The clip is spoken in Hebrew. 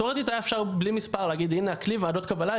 תיאורטית היה אפשר בלי מספר להגיד הנה הכלי ועדות קבלה,